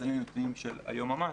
אז אין לי נתונים של היום ממש,